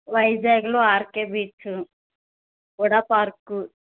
వైజాగ్లో RK beach HUDA park